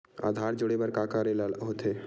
आधार जोड़े बर का करे ला होथे?